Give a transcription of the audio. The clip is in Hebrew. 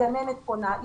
הגננת פונה,